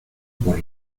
por